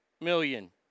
million